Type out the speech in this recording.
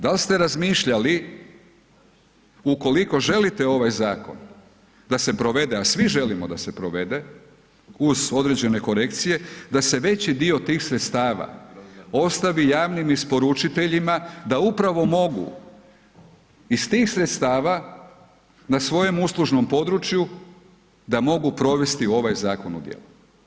Dal' ste razmišljali ukoliko želite ovaj Zakon da se provede, a svi želim da se provede uz određene korekcije, da se veći dio tih sredstava ostavi javnim isporučiteljima da upravo mogu iz tih sredstava na svojem uslužnom području da mogu provesti ovaj Zakon u djelo.